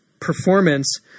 performance